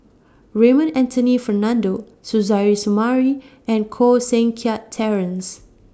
Raymond Anthony Fernando Suzairhe Sumari and Koh Seng Kiat Terence